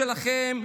האחריות שלכם,